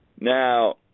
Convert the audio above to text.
Now